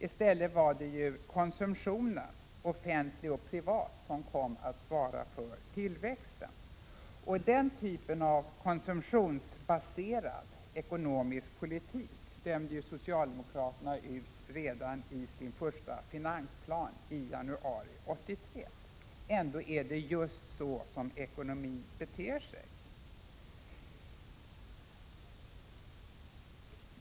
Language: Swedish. I stället var det konsumtionen, offentlig och privat, som kom att svara för tillväxten. Den typen av konsumtionsbaserad ekonomisk politik dömde ju socialdemokraterna ut redan i sin första finansplan i januari 1983. Ändå är det just så som ekonomin beter sig.